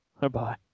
Bye-bye